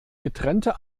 getrennte